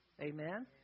Amen